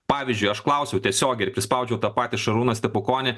pavyzdžiui aš klausiau tiesiogiai ir prispaudžiau tą patį šarūną stepukonį